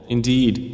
Indeed